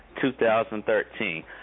2013